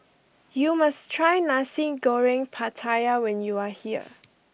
you must try Nasi Goreng Pattaya when you are here